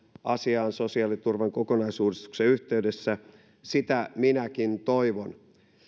asiaan sosiaaliturvan kokonaisuudistuksen yhteydessä sitä minäkin toivon